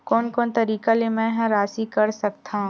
कोन कोन तरीका ले मै ह राशि कर सकथव?